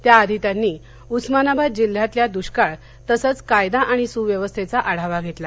त्याआधी त्यांनी उस्मानाबाद जिल्ह्यातल्या दुष्काळ तसंच कायदा आणि सुव्यवस्थेचा आढावा घेतला